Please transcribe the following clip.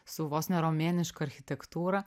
su vos ne romėniška architektūra